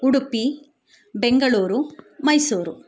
Udupi Bengaluru Mysuru